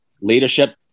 leadership